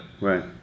Right